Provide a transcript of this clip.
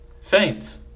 saints